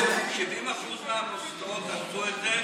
70% מהמוסדות עשו את זה,